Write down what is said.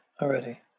already